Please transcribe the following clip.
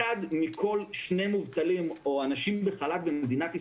אחד מכל שני מובטלים או אנשים בחל"ת במדינת ישראל,